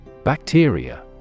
Bacteria